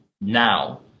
now